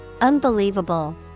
Unbelievable